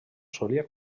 solia